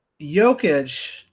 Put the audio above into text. Jokic